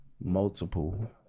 Multiple